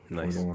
nice